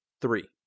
three